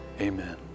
Amen